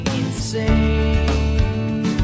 insane